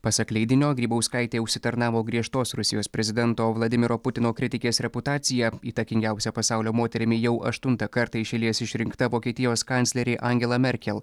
pasak leidinio grybauskaitė užsitarnavo griežtos rusijos prezidento vladimiro putino kritikės reputaciją įtakingiausia pasaulio moterimi jau aštuntą kartą iš eilės išrinkta vokietijos kanclerė angela merkel